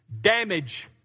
damage